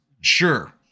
Sure